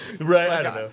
Right